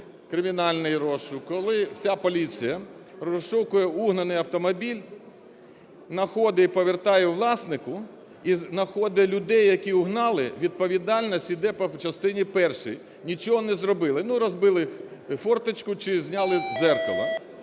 кримінальний розшук, коли вся поліція розшукує угнаний автомобіль, находить і повертає власнику і находить людей, які угнали, відповідальність іде по частині першій – нічого не зробили. Ну, розбили форточку чи зняли дзеркало.